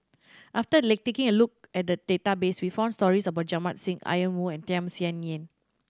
after taking a look at the database we found stories about Jamit Singh Ian Woo and Tham Sien Yen